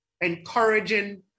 encouraging